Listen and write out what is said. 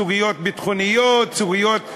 בסוגיות ביטחוניות,